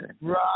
Right